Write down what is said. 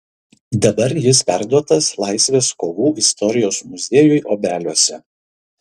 dabar jis perduotas laisvės kovų istorijos muziejui obeliuose